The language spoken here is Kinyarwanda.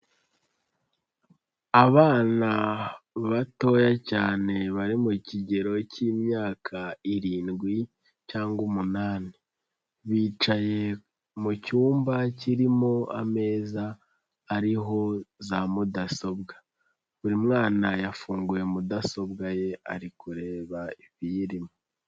Abana batoya cyane bari mu kigero k'imyaka irindwi cyangwa umunani. Bicaye mu cyumba kirimo ameza ariho za mudasobwa. Buri mwana yafunguye mudasobwa ye, ari kureba ibiyirimo.